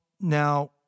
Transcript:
Now